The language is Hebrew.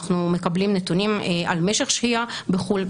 אנחנו מקבלים נתונים על משך שהייה בחו"ל.